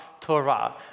Torah